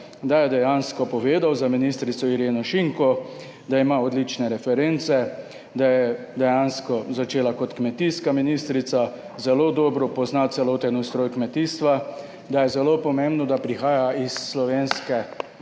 da je dejansko povedal za ministrico Ireno Šinko, da ima odlične reference, da je dejansko začela kot kmetijska ministrica, zelo dobro pozna celoten ustroj kmetijstva, da je zelo pomembno, da prihaja iz slovenske